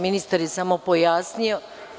Ministar je samo pojasnio.